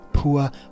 poor